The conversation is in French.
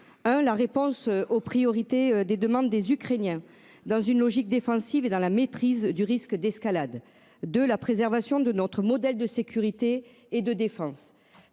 apportée aux priorités des demandes des Ukrainiens, dans une logique défensive et dans la maîtrise du risque d'escalade. Le deuxième est la préservation de notre modèle de sécurité et de défense.